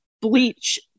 bleach